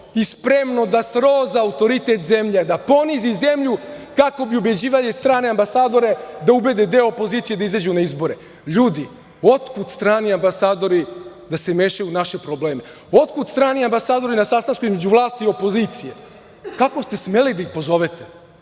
i spremno da sroza autoritet zemlje, da ponizi zemlju kako bi ubeđivali strane ambasadore da ubede deo opozicije da izađu na izbore. Ljudi, otkud strani ambasadori da se mešaju u naše probleme? Otkud strani ambasadori na sastanku između vlasti i opozicije? Kako ste smeli da ih pozovete?